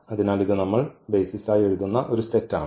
അതിനാൽ ഇത് നമ്മൾ ബെയ്സിസ് ആയി എഴുതുന്ന ഒരു സെറ്റ് ആണ്